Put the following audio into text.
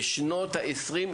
בשנת 2023,